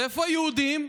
איפה היהודים?